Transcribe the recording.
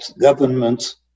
governments